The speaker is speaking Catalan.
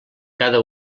cada